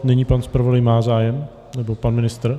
Nyní pan zpravodaj má zájem nebo pan ministr?